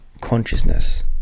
consciousness